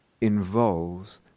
involves